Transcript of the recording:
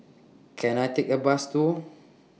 Can I Take A Bus to